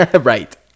Right